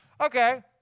Okay